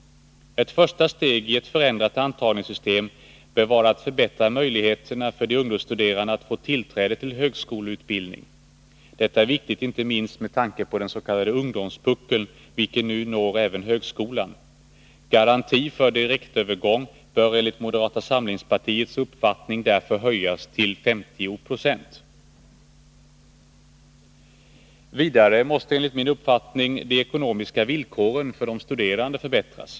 Ett första steg i ett förändrat antagningssystem bör vara att förbättra möjligheterna för de ungdomsstuderande att få tillträde till högskoleutbildning. Detta är viktigt inte minst med tanke på den s.k. ungdomspuckeln, vilken nu når även högskolan. Garantin för direktövergång bör enligt moderata samlingspartiets uppfattning därför höjas till 50 96. Vidare måste enligt min uppfattning de ekonomiska villkoren för de studerande förbättras.